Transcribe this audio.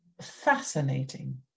fascinating